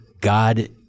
God